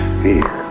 fear